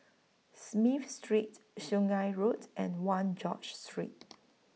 Smith Street Sungei Road and one George Street